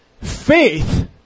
Faith